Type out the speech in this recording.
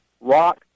Rock